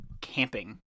camping